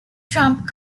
trump